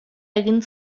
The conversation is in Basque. egin